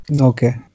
Okay